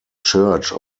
church